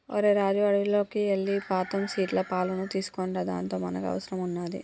ఓరై రాజు అడవిలోకి ఎల్లి బాదం సీట్ల పాలును తీసుకోనిరా దానితో మనకి అవసరం వున్నాది